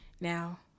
Now